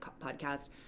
podcast